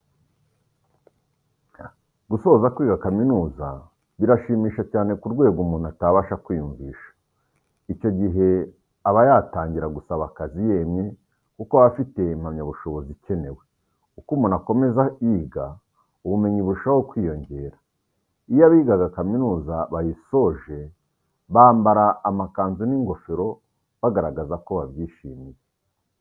Gusoza kwiga kaminuza birashimisha cyane ku rwego umuntu atabasha kwiyumvisha. Icyo gihe aba yatangira gusaba akazi yemye kuko aba afite impamyabushobozi ikenewe. Uko umuntu akomeza yiga, ubumenyi burushaho kwiyongera. Iyo abigaga kaminuza bayisoje, bambara amakanzu n'ingofero bagaragaza ko babyishimiye.